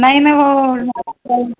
नाही नाही हो